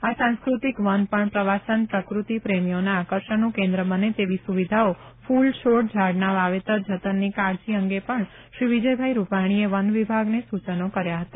આ સાંસ્કૃતિક વન પણ પ્રવાસન પ્રકૃતિ પ્રેમીઓના આકર્ષણનું કેન્દ્ર બને તેવી સુવિધાઓ ફૂલ છોડ ઝાડના વાવેતર જતનની કાળજી અંગે પણ શ્રી વિજયભાઇ રૂપાણીએ વન વિભાગને સૂચનો કર્યા હતા